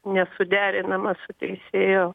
nesuderinama su teisėjo